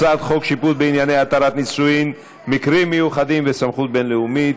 הצעת חוק שיפוט בענייני התרת נישואין (מקרים מיוחדים וסמכות בין-לאומית)